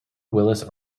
willis